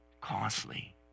costly